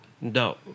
No